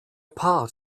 part